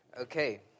Okay